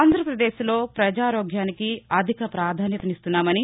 ఆంధ్రాపదేశ్లో ప్రజారోగ్యానికి అధిక ప్రాధాన్యమిస్తున్నామని